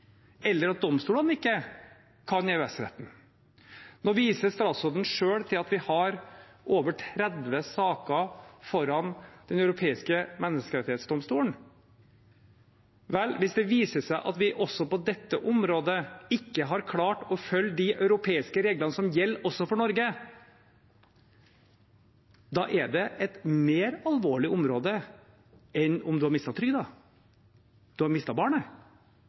at domstolene ikke kan EØS-retten. Nå viser statsråden selv til at vi har over 30 saker i Den europeiske menneskerettsdomstol. Vel, hvis det viser seg at vi heller ikke på dette området har klart å følge de europeiske reglene som gjelder også for Norge, er det et mer alvorlig område enn om en har mistet trygden: En har mistet barnet.